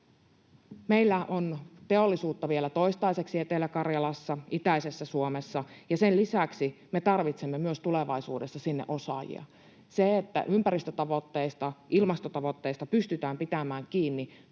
Meillä on vielä toistaiseksi teollisuutta Etelä-Karjalassa, itäisessä Suomessa, ja sen lisäksi me tarvitsemme myös tulevaisuudessa sinne osaajia. Jotta ympäristötavoitteista, ilmastotavoitteista pystytään pitämään kiinni,